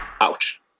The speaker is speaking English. Ouch